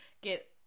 get